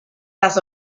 las